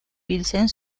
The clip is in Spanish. pilsen